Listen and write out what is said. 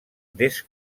des